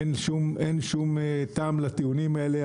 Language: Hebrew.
אין שום טעם לטיעונים האלה.